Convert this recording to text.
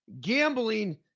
gambling